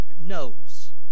knows